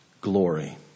glory